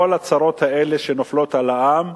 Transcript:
כל הצרות האלה שנופלות על העם.